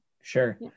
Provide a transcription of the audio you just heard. Sure